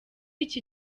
iki